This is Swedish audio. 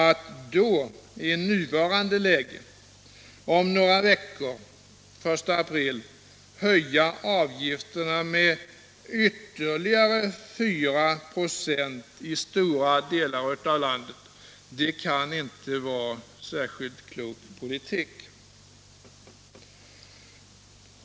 Att då i detta läge om några veckor i stora delar av landet höja avgifterna med ytterligare 4 96 kan inte vara särskilt klok politik.